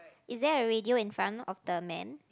is there a radio in front of the man